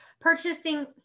Purchasing